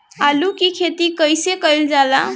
आलू की खेती कइसे कइल जाला?